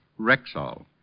Rexall